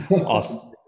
Awesome